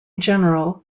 general